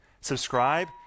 subscribe